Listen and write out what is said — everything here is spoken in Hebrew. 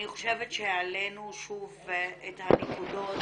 אני חושבת שהעלינו שוב את הנקודות